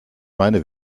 meine